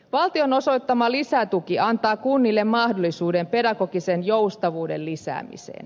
valtion osoittama lisätuki antaa kunnille mahdollisuuden pedagogisen joustavuuden lisäämiseen